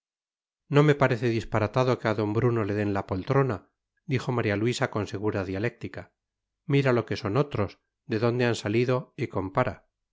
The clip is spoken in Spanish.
no me parece disparatado que a d bruno le den la poltrona dijo maría luisa con segura dialéctica mira lo que son otros de dónde han salido y compara